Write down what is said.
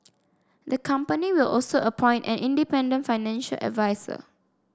the company will also appoint an independent financial adviser